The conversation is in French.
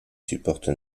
supporte